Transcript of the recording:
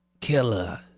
Killer